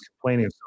complaining